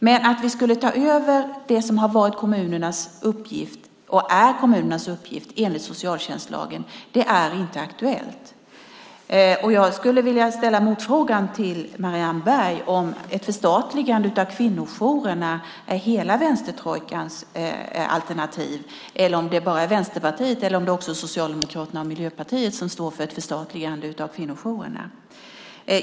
Men att vi skulle ta över det som har varit kommunernas uppgift, och är kommunernas uppgift enligt socialtjänstlagen, är inte aktuellt. Jag skulle vilja ställa motfrågan till Marianne Berg om ett förstatligande av kvinnojourerna är hela vänstertrojkans alternativ. Är det bara Vänsterpartiet eller är det också Socialdemokraterna och Miljöpartiet som står för ett förstatligande av kvinnojourerna?